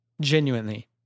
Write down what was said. Genuinely